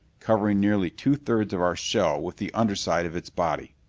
covering nearly two-thirds of our shell with the underside of its body.